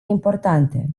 importante